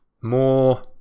more